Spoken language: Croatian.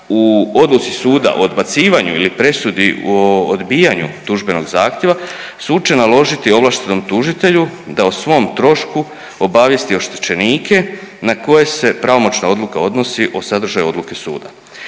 u odluci suda o odbacivanju ili presudi o odbijanju tužbenog zahtjeva sud će naložiti ovlaštenom tužitelju da o svom trošku obavijesti oštećenike na koje se pravomoćna odluka odnosi o sadržaju odluke suda.